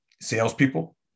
salespeople